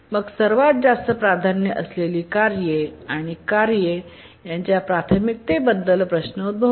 मग सर्वात जास्त प्राधान्य असलेल्या कार्ये आणि कार्ये यांच्या प्राथमिकतेबद्दल प्रश्न उद्भवतो